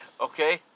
Okay